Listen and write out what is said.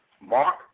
Mark